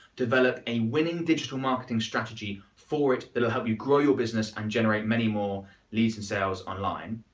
develop a winning digital marketing strategy for it, that will help you grow your business and generate many more leads and sales online.